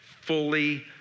fully